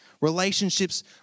Relationships